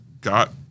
got